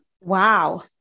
Wow